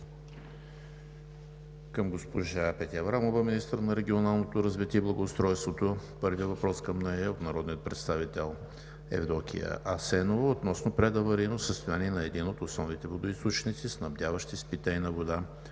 към госпожа Петя Аврамова – министър на регионалното развитие и благоустройството. Първият въпрос към нея е от народния представител Евдокия Асенова относно предаварийно състояние на един от основните водоизточници, снабдяващи с питейна вода